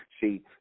See